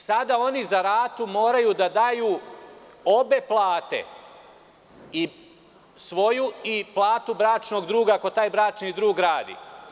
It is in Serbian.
Sada oni za ratu moraju da daju obe plate, i svoju i platu bračnog druga ako taj bračni drug radi.